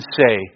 say